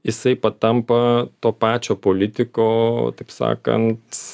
jisai patampa to pačio politiko taip sakant